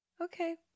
okay